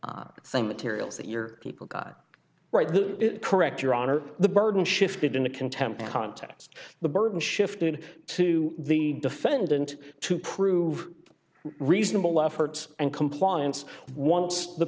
thing materials that your people got right the correct your honor the burden shifted in a contempt context the burden shifted to the defendant to prove reasonable efforts and compliance once the